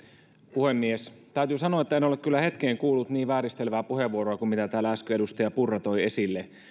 puhemies täytyy sanoa että en ole kyllä hetkeen kuullut niin vääristelevää puheenvuoroa kuin mitä täällä äsken edustaja purra toi esille